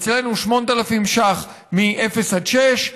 אצלנו 8,000 ש"ח מאפס עד שש,